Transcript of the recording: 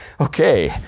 Okay